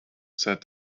said